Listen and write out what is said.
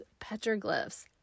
petroglyphs